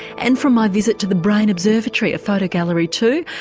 and from my visit to the brain observatory a photo gallery too,